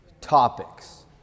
topics